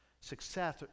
Success